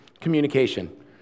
communication